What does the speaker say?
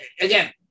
again